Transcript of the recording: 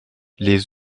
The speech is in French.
les